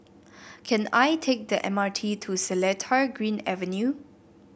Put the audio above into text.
can I take the M R T to Seletar Green Avenue